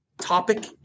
topic